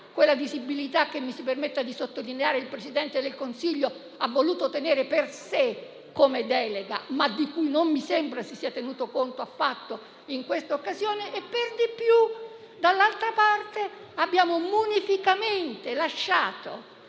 quella visibilità che - mi si permetta di sottolineare - il Presidente del Consiglio ha voluto tenere per sé come delega, ma di cui non mi sembra si sia tenuto affatto conto in questa occasione. Per di più, dall'altra parte abbiamo munificamente lasciato